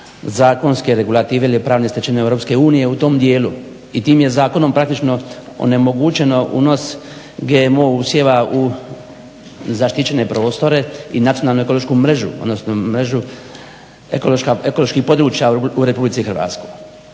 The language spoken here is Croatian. zakonske regulative ili pravne stečevine EU u tom dijelu. I tim je zakonom praktično onemogućen unos GMO usjeva u zaštićene prostore i nacionalnu ekološku mrežu, odnosno mrežu ekoloških područja u RH. Korak